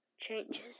changes